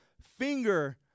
finger